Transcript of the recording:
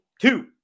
two